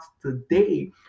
today